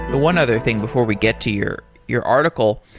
one other thing before we get to your your article,